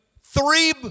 three